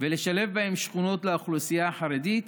ולשלב בהם שכונות לאוכלוסייה החרדית,